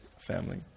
family